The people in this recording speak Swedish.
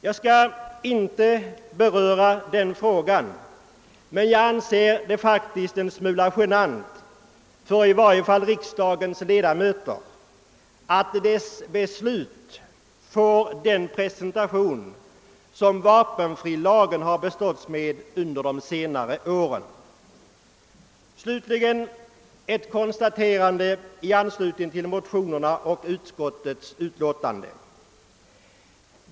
Jag skall inte närmare ingå på den frågan men anser det vara en smula genant, i varje fall för riksdagens 1edamöter, att riksdagens beslut får den presentation som har beståtts vapenfrilagen under de senare åren. Slutligen vill jag göra ett konstaterande i anslutning till de väckta motionerna och utskottets utlåtande.